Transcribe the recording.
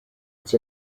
its